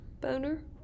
Boner